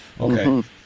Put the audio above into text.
okay